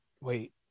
wait